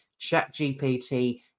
ChatGPT